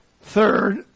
Third